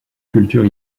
culture